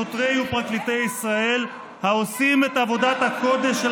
שוטרי ופרקליטי ישראל העושים את עבודת הקודש של